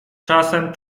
czasem